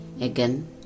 Again